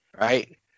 right